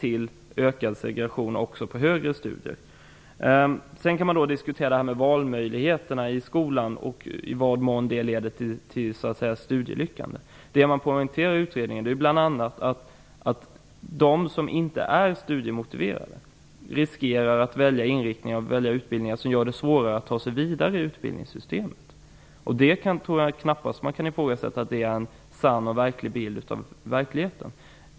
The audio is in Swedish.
Det är detta som utredningen försöker hävda. Man kan diskutera i vilken mån valmöjligheter i skolan leder till studieframgångar. Det man poängterar i utredningen är bl.a. att de som inte är studiemotiverade riskerar att välja inriktningar och utbildningar som gör det svårare att ta sig vidare i utbildningssystemet. Jag tror knappast att man kan ifrågasätta att det är en sann bild av verkligheten.